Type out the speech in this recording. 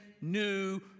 new